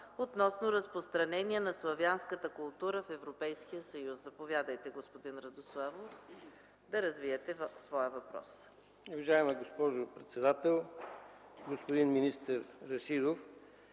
относно разпространение на славянската култура в Европейския съюз. Заповядайте, господин Радославов, да развиете своя въпрос.